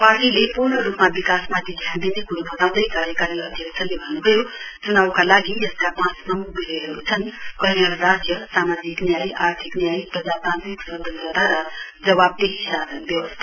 पार्टीले पूर्णरूपले विकासमाथि ध्यान दिने क्रो बताउँदै कार्यकारी अध्यक्षले भन्न् भयो च्नाउका लागि यसका पाँच प्रमुख विषयहरू छन् कल्याण राज्य सामाजिक न्याय आर्थिक न्याय प्रजातान्त्रिक स्वतन्त्रता र जवाफदेही शासन व्यवस्था